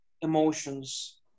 emotions